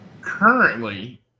currently